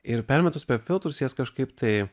ir permetus per filtrus jas kažkaip tai